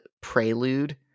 prelude